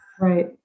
right